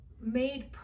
made